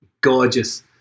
Gorgeous